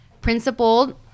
Principled